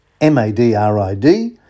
M-A-D-R-I-D